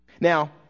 Now